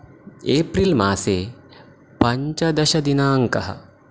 April मासे पञ्चदशदिनाङ्कः